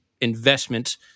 investment